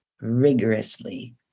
rigorously